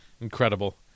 Incredible